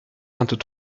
vingt